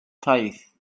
taith